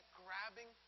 grabbing